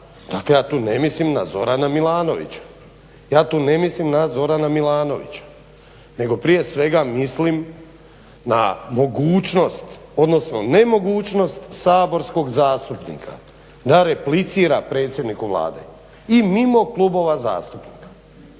tome. A što se tiče predsjednika Vlade, dakle ja tu ne mislim na Zorana Milanovića nego prije svega mislim na mogućnost, odnosno nemogućnost saborskog zastupnika da replicira predsjedniku Vlade i mimo klubova zastupnika.